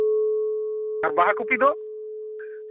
ᱟᱨ ᱵᱟᱦᱟ ᱠᱚᱯᱤ ᱫᱚ